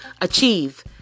achieve